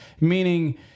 Meaning